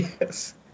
yes